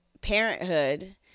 parenthood